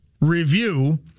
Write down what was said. review